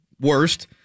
worst